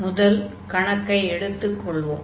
முதல் கணக்கை எடுத்துக் கொள்வோம்